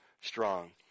Strong